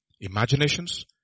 Imaginations